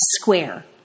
square